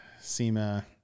SEMA